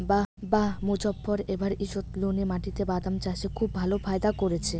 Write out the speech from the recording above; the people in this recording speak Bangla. বাঃ মোজফ্ফর এবার ঈষৎলোনা মাটিতে বাদাম চাষে খুব ভালো ফায়দা করেছে